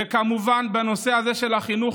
וכמובן בנושא הזה של החינוך,